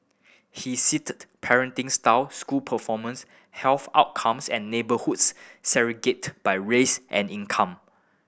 he sit parenting style school performance health outcomes and neighbourhoods segregate by race and income